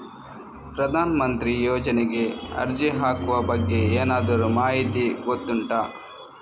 ಪ್ರಧಾನ ಮಂತ್ರಿ ಯೋಜನೆಗೆ ಅರ್ಜಿ ಹಾಕುವ ಬಗ್ಗೆ ಏನಾದರೂ ಮಾಹಿತಿ ಗೊತ್ತುಂಟ?